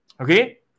Okay